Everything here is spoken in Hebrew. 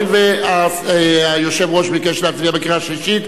הואיל והיושב-ראש ביקש להצביע בקריאה שלישית,